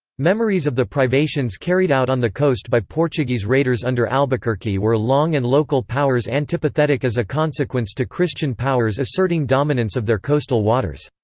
memories of the privations carried out on the coast by portuguese raiders under albuquerque were long and local powers antipathetic as a consequence to christian powers asserting dominance of their coastal waters.